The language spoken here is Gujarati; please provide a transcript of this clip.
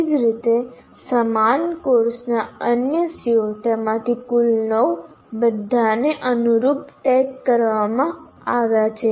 એ જ રીતે સમાન કોર્સના અન્ય CO તેમાંથી કુલ 9 બધાને અનુરૂપ ટેગ કરવામાં આવ્યા છે